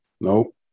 Nope